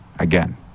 again